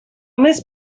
més